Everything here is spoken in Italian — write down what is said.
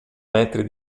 metri